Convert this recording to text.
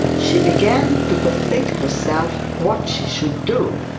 she began to bethink herself what she should do.